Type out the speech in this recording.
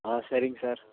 ஆ சரிங்க சார்